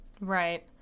Right